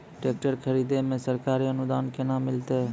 Tractor खरीदै मे सरकारी अनुदान केना मिलतै?